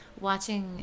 watching